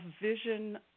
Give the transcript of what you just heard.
vision